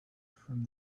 from